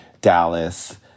Dallas